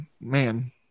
man